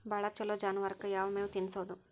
ಭಾಳ ಛಲೋ ಜಾನುವಾರಕ್ ಯಾವ್ ಮೇವ್ ತಿನ್ನಸೋದು?